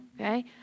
Okay